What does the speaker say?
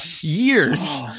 years